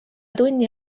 tunni